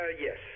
Yes